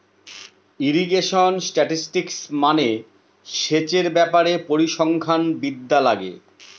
irrigation statistics মানে সেচের ব্যাপারে পরিসংখ্যান বিদ্যা লাগে